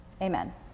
Amen